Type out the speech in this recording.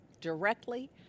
directly